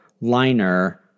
liner